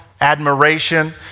admiration